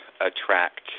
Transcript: attract